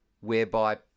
whereby